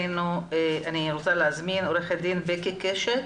אני רוצה להזמין את עורכת הדין בקי קשת,